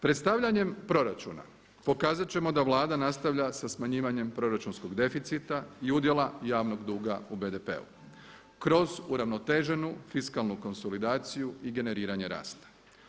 Predstavljanjem proračuna pokazat ćemo da Vlada nastavlja sa smanjivanjem proračunskog deficita i udjela javnog duga u BDP-u kroz uravnoteženu fiskalnu konsolidaciju i generiranje rasta.